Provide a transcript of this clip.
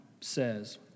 says